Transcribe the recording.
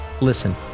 Listen